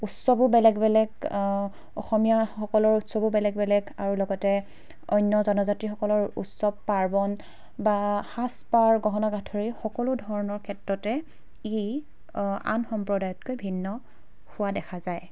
উৎসৱো বেলেগ বেলেগ অসমীয়াসকলৰ উৎসৱো বেলেগ বেলেগ আৰু লগতে অন্য জনজাতিসকলৰ উৎসৱ পাৰ্বণ বা সাজ পাৰ গহনা গাঁঠৰি সকলো ধৰণৰ ক্ষেত্ৰতে ই আন সম্প্ৰদায়তকৈ ভিন্ন হোৱা দেখা যায়